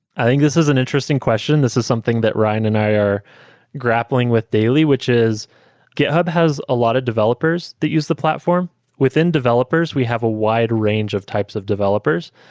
i think this is an interesting question. this is something that ryan and i are grappling with daily, which is github has a lot of developers that use the platform within developers, we have a wide range of types of developers.